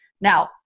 Now